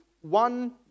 one